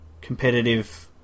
competitive